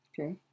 Okay